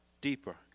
deeper